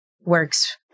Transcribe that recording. works